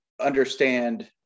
understand